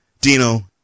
Dino